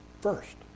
first